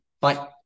bye